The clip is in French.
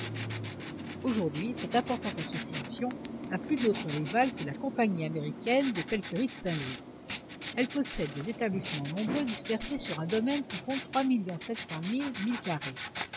aujourd'hui cette importante association n'a plus d'autre rivale que la compagnie américaine des pelleteries de saint-louis elle possède des établissements nombreux dispersés sur un domaine qui compte trois millions sept cent mille milles carrés